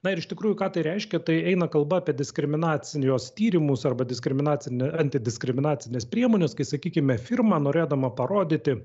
na ir iš tikrųjų ką tai reiškia tai eina kalba apie diskriminacijos tyrimus arba diskriminacinę antidiskriminacines priemones kai sakykime firma norėdama parodyti